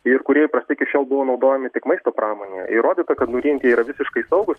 ir kurie įprastai iki šiol buvo naudojami tik maisto pramonėje įrodyta kad nuryjant jie yra visiškai saugūs